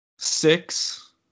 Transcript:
Six